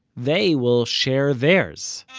they will share theirs